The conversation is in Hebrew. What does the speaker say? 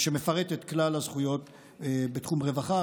שמפרט את כלל הזכויות בתחומי הרווחה,